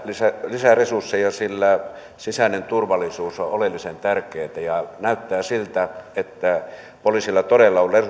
lisää resursseja sillä sisäinen turvallisuus on oleellisen tärkeää ja näyttää siltä että poliisilla todella on